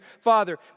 father